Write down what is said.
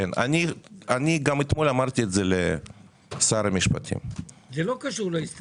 אני גם אתמול אמרתי את זה לשר המשפטים --- זה לא קשור להסתייגות.